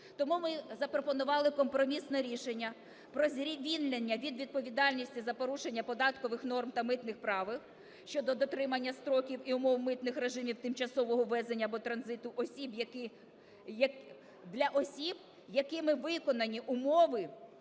тому ми запропонували компромісне рішення про звільнення від відповідальності за порушення податкових норм та митних правил щодо дотримання строків і умов митних режимів тимчасового ввезення або транзиту осіб, які… для осіб, якими виконані умови